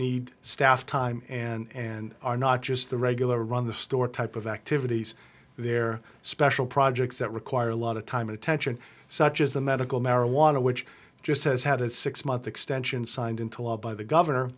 need staff time and are not just the regular run the store type of activities they're special projects that require a lot of time attention such as the medical marijuana which just has had its six month extension signed into law by the governor